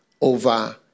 over